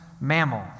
mammal